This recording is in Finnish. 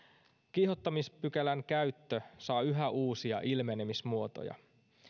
kiihottamispykälän käyttö saa yhä uusia ilmenemismuotoja